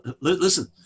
listen